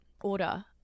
order